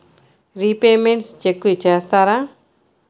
Repayments check చేస్తారా?